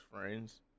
friends